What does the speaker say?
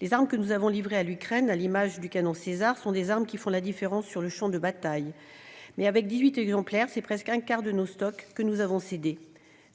Les armes que nous avons livrées à l'Ukraine, comme le canon Caesar, sont des armes qui font la différence sur le champ de bataille. Mais, avec dix-huit exemplaires, c'est presque un quart de nos stocks que nous avons cédés ...